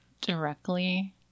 directly